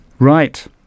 right